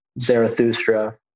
Zarathustra